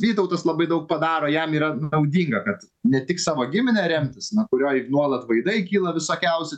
vytautas labai daug padaro jam yra naudinga kad ne tik savo gimine remtis na kurioj nuolat vaidai kyla visokiausi